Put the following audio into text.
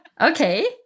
Okay